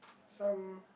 some